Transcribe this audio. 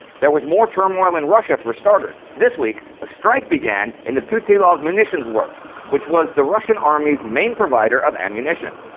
there was more turmoil in russia, for starters. this week, a strike began in the putilov munitions works, which was the russian army's main provider of ammunition.